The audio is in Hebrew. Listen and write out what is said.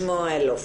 שמואלוף,